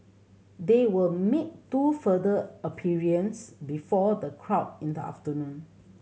they will two further appearance before the crowd in the afternoon